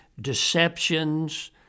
deceptions